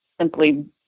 simply